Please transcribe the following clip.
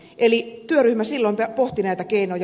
eli työryhmä silloin pohti näitä keinoja